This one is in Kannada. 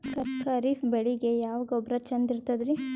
ಖರೀಪ್ ಬೇಳಿಗೆ ಯಾವ ಗೊಬ್ಬರ ಚಂದ್ ಇರತದ್ರಿ?